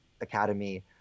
academy